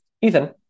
Ethan